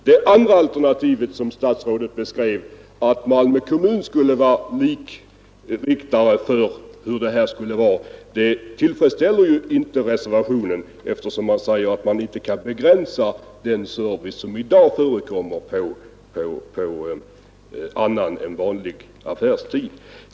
Det andra alternativet, som herr statsrådet beskrev, att Malmö kommun skulle vara likriktare i fråga om öppethållande tillfredsställer ju inte reservanterna, eftersom man säger att man inte kan begränsa den service som i dag förekommer på annan än vanlig affärstid.